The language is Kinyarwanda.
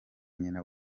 nyina